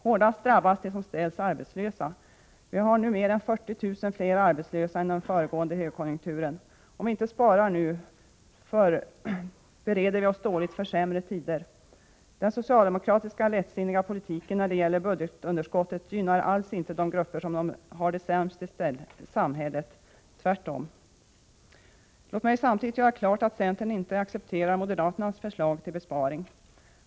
Hårdast drabbas de som ställs arbetslösa. Vi har nu mer än 40 000 fler arbetslösa än i den föregående högkonjunkturen. Om vi inte sparar nu förbereder vi oss dåligt för sämre tider. Den socialdemokratiska lättsinniga politiken när det gäller budgetunderskottet gynnar alls inte de grupper som har det sämst i samhället, tvärtom. Låt mig samtidigt göra klart att centern inte accepterar moderaternas förslag till besparing.